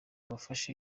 bwafashe